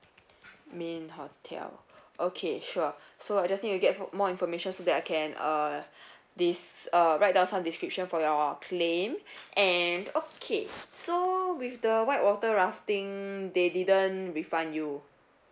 main hotel okay sure so I just need to get fo~ more information so that I can uh this uh write down some description for your claim and okay so with the white water rafting they didn't refund you